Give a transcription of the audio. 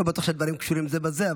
לא בטוח שהדברים קשורים זה בזה,